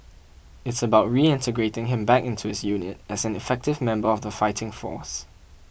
it's about reintegrating him back into his unit as an effective member of the fighting force